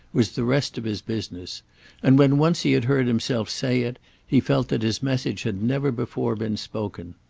was the rest of his business and when once he had heard himself say it he felt that his message had never before been spoken.